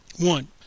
One